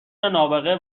نابغه